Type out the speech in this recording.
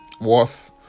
worth